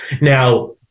Now